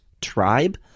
tribe